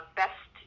best